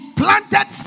planted